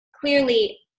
clearly